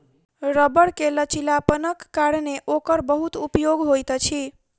रबड़ के लचीलापनक कारणेँ ओकर बहुत उपयोग होइत अछि